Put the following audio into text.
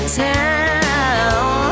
town